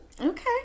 Okay